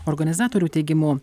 organizatorių teigimu